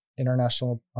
international